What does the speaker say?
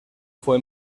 fue